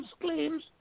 claims